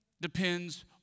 depends